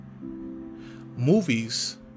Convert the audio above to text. Movies